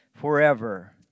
forever